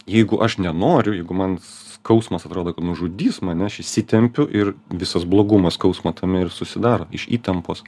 jeigu aš nenoriu jeigu man skausmas atrodo kad nužudys mane aš įsitempiu ir visas blogumas skausmo tame ir susidaro iš įtampos